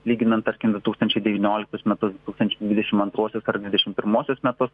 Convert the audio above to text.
lyginant tarkim du tūkstančiai devynioliktus metus du tūkstančiai dvidešim antruosius ar dvidešim pirmuosius metus